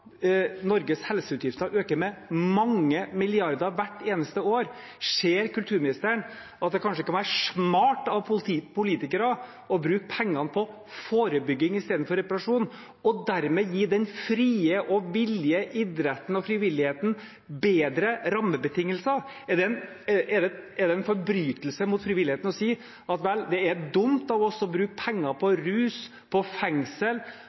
Norges helseutgifter øker med mange milliarder hvert eneste år. Ser kulturministeren at det kanskje kan være smart av politikere å bruke pengene på forebygging istedenfor reparasjon og dermed gi den frie og villige idretten og frivilligheten bedre rammebetingelser? Er det en forbrytelse mot frivilligheten å si at det er dumt av oss å bruke penger på rus, på fengsel,